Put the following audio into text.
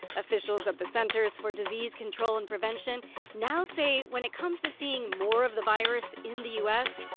officials at the centers for disease control and prevention now say when it comes to seeing more of the virus in the u s,